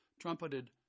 trumpeted